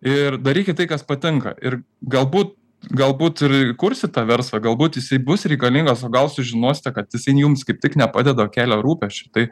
ir darykit tai kas patinka ir galbūt galbūt ir įkursit tą verslą galbūt jisai bus reikalingas o gal sužinosite kad jis ten jums kaip tik nepadeda o kelia rūpesčių tai